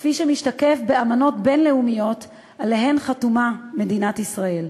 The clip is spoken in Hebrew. כפי שמשתקף באמנות בין-לאומיות שעליהן חתומה מדינת ישראל.